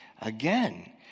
Again